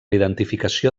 identificació